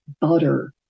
butter